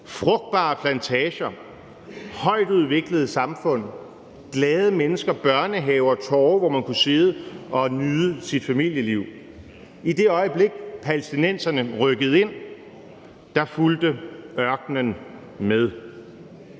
frugtbare plantager, højtudviklede samfund, glade mennesker, børnehaver og torve, hvor man kunne sidde og nyde sit familieliv. I det øjeblik, palæstinenserne rykkede ind, fulgte ørkenen med.